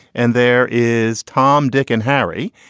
and there is tom, dick and harry.